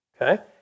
Okay